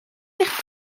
eich